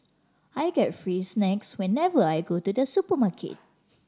I get free snacks whenever I go to the supermarket